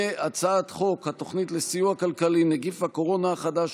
והצעת חוק התוכנית לסיוע כלכלי (נגיף הקורונה חדש,